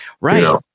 Right